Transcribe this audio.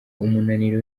umunaniro